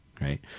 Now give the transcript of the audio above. right